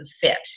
fit